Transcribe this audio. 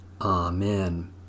Amen